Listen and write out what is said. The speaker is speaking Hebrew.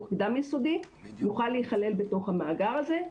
קדם-יסודי יוכל להיכלל בתוך המאגר הזה.